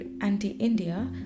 anti-India